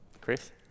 Chris